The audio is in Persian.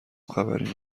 خبری